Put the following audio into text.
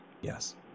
Yes